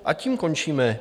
A tím končíme.